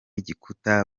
igikuta